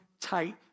tight